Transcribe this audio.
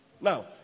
Now